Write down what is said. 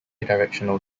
directional